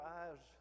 eyes